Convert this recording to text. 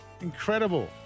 Incredible